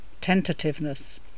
tentativeness